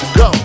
go